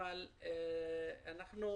שאנשים